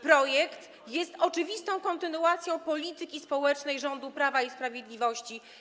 Projekt jest oczywistą kontynuacją polityki społecznej rządu Prawa i Sprawiedliwości.